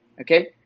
okay